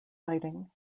fighting